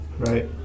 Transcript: Right